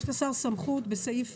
יש לשר סמכות בסעיף